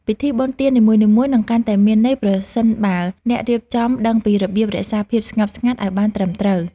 ពិធីបុណ្យទាននីមួយៗនឹងកាន់តែមានន័យប្រសិនបើអ្នករៀបចំដឹងពីរបៀបរក្សាភាពស្ងៀមស្ងាត់ឱ្យបានត្រឹមត្រូវ។